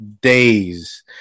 days